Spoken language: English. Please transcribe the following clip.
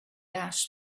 ash